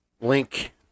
link